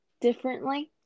differently